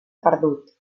perdut